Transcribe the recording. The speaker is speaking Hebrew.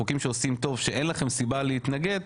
חוקים שעושים טוב שאין לכם סיבה להתנגד,